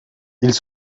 ils